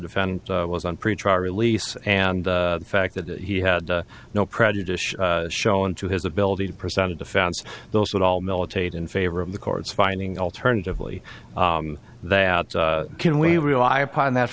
defendant was on pretrial release and the fact that he had no prejudice shown to his ability to present a defense those would all militate in favor of the court's finding alternatively that can we rely upon that